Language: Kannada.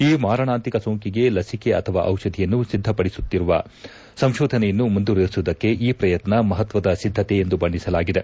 ಈ ಮಾರಣಾಂತಿಕ ಸೋಂಕಿಗೆ ಲಸಿಕೆ ಅಥವಾ ಔಷಧಿಯನ್ನು ಅಭಿವೃದ್ಧಿಪಡಿಸುವತ್ತ ಸಂಶೋಧನೆಯನ್ನು ಮುಂದುವರೆಸುವುದಕ್ಕೆ ಈ ಪ್ರಯತ್ನ ಮಹತ್ವದ ಸಿದ್ಧತೆ ಎಂದು ಬಣ್ಣಿಸಲಾಗಿದೆ